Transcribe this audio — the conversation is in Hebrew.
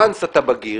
פעם שאתה בגיר,